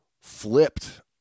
flipped